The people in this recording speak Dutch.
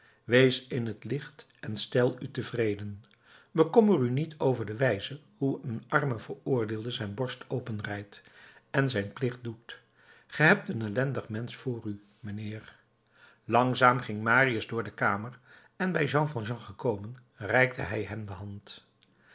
wees in het licht en stel u tevreden bekommer u niet over de wijze hoe een arme veroordeelde zijn borst openrijt en zijn plicht doet ge hebt een ellendig mensch voor u mijnheer langzaam ging marius door de kamer en bij jean valjean gekomen reikte hij hem de hand